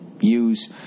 use